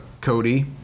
Cody